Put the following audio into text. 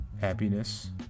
happiness